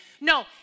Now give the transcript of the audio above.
No